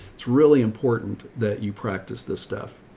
it's really important that you practice this stuff.